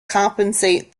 compensate